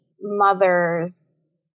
mothers